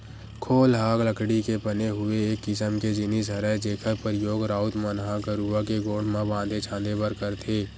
खोल ह लकड़ी के बने हुए एक किसम के जिनिस हरय जेखर परियोग राउत मन ह गरूवा के गोड़ म बांधे छांदे बर करथे